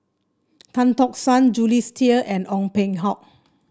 Tan Tock San Jules Itier and Ong Peng Hock